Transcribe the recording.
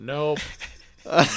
Nope